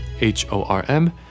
H-O-R-M